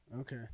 okay